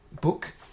book